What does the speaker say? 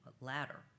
ladder